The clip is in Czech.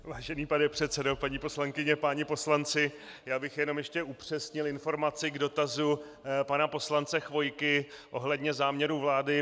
Vážený pane předsedo, paní poslankyně, páni poslanci, jenom bych ještě upřesnil informaci k dotazu pana poslance Chvojky ohledně záměru vlády.